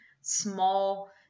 small